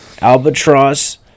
albatross